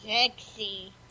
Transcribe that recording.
Sexy